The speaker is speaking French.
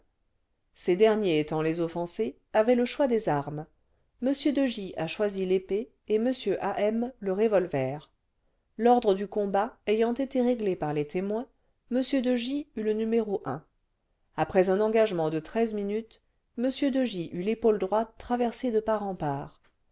ces derniers étant les offensés avaient le choix des armes m de j a choisi l'épée et m a m le revolver l'ordre du combat ayant été réglé par les témoins m de j eut le a numéro après un engagementde treize minutes m de j eut l'épaule droite traversée de part en part